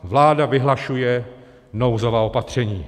Vláda vyhlašuje nouzová opatření.